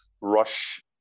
rush